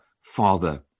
father